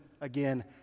again